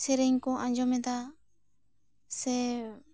ᱥᱮᱨᱮᱧ ᱠᱚ ᱟᱸᱡᱚᱢ ᱮᱫᱟ ᱥᱮ